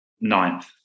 Ninth